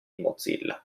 mozilla